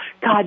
God